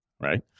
right